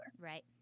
Right